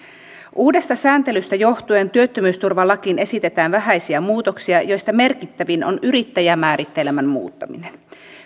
uudesta sääntelystä johtuen työttömyysturvalakiin esitetään vähäisiä muutoksia joista merkittävin on yrittäjämääritelmän muuttaminen